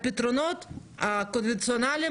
הפתרונות הקונבנציונליים,